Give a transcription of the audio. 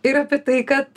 ir apie tai kad